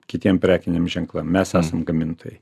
kitiem prekiniam ženklam mes esam gamintojai